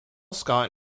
scott